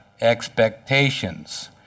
expectations